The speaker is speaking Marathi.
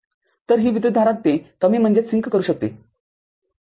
तरही विद्युतधारा ते कमी करू शकते ०